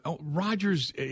Rodgers